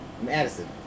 Madison